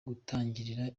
gutangirira